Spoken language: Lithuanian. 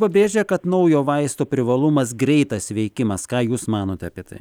pabrėžia kad naujo vaisto privalumas greitas veikimas ką jūs manote apie tai